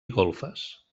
golfes